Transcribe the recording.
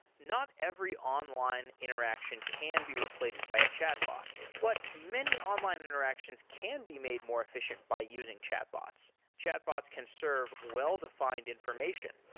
not every online interaction can be replaced by a chatbot, but many online interactions can be made more efficient by using chatbots chatbots can serve well-defined information,